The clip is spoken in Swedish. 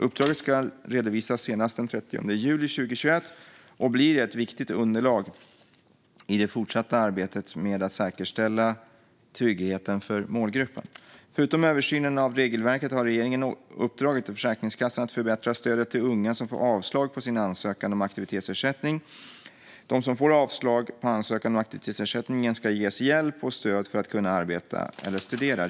Uppdraget ska redovisas senast den 30 juli 2021 och blir ett viktigt underlag i det fortsatta arbetet med att säkerställa tryggheten för målgruppen. Förutom översynen av regelverket har regeringen uppdragit åt Försäkringskassan att förbättra stödet till unga som får avslag på sin ansökan om aktivitetsersättning . De som får avslag på ansökan om aktivitetsersättning ska ges hjälp och stöd för att kunna arbeta eller studera.